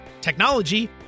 technology